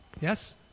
Yes